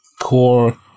core